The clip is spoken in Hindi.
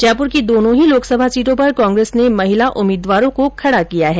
जयपुर की दोनों ही लोकसभा सीटों पर कांग्रेस ने महिला उम्मीदवारों को खडा किया है